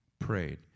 prayed